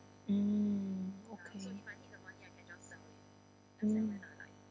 mm okay mm